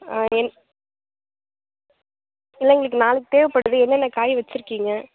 இல்லை எங்களுக்கு நாளைக்கு தேவைப்படுது என்னென்ன காய் வச்சிருக்கீங்க